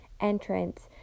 entrance